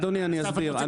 אדוני, אני אסביר.